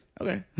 okay